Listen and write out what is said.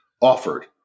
offered